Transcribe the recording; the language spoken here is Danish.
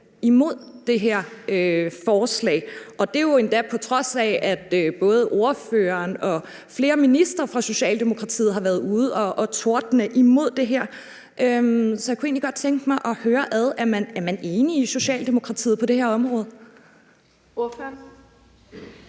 imod det her forslag. Det er jo endda, på trods af at både ordføreren og flere ministre fra Socialdemokratiet har været ude at tordne imod det her. Så jeg kunne egentlig godt tænke mig at høre, om man i Socialdemokratiet er enige på det her